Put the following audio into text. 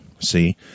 See